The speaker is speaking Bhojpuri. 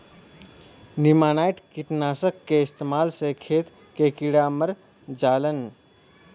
नेमानाइट कीटनाशक क इस्तेमाल से खेत के कीड़ा मर जालन